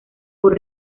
por